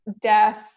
death